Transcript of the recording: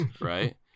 right